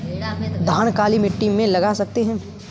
धान काली मिट्टी में लगा सकते हैं?